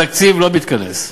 התקציב לא מתכנס.